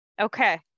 Okay